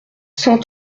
cent